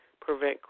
Prevent